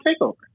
TakeOver